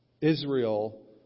Israel